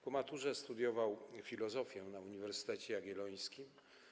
Po maturze studiował filozofię na Uniwersytecie Jagiellońskim.